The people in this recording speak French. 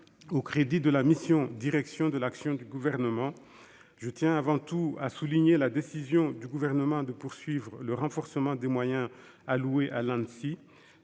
aux crédits de la mission « Direction de l'action du Gouvernement ». Je tiens avant tout à souligner la décision du Gouvernement de poursuivre le renforcement des moyens alloués à l'Anssi.